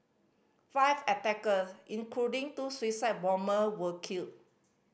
five attacker including two suicide bomber were killed